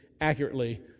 accurately